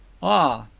ah!